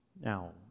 Now